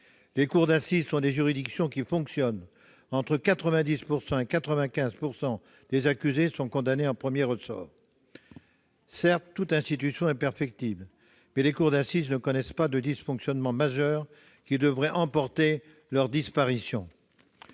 Les cours d'assises sont des juridictions qui fonctionnent : entre 90 % et 95 % des accusés sont condamnés en premier ressort. Certes, toute institution est perfectible, mais les cours d'assises ne connaissent pas de dysfonctionnements majeurs qui devraient emporter leur disparition.